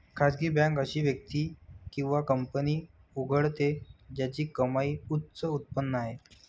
खासगी बँक अशी व्यक्ती किंवा कंपनी उघडते ज्याची कमाईची उच्च उत्पन्न आहे